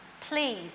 Please